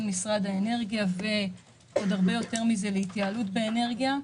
משרד האנרגיה ועוד הרבה יותר מזה להתייעלות באנרגיה.